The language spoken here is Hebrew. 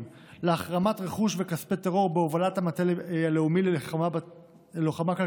להחרמת רכוש וכספי טרור בהובלת המטה הלאומי ללוחמה כלכלית